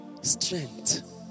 strength